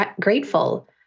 grateful